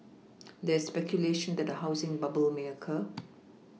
there is speculation that a housing bubble may occur